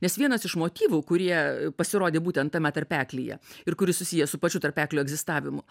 nes vienas iš motyvų kurie pasirodė būtent tame tarpeklyje ir kuris susijęs su pačiu tarpeklio egzistavimu